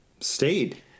stayed